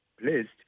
placed